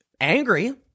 angry